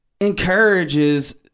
encourages